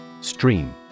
Stream